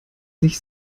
sich